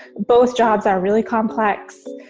both jobs are really complex.